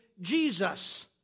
Jesus